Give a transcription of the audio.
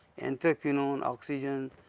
anthraquinone, oxygen,